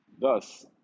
thus